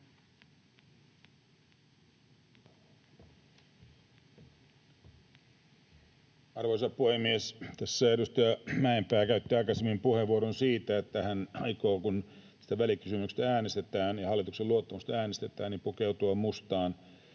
Arvoisa puhemies! Tässä edustaja Mäenpää käytti aikaisemmin puheenvuoron siitä, että kun tästä välikysymyksestä äänestetään ja hallituksen luottamuksesta äänestetään, hän aikoo pukeutua mustaan.